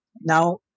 Now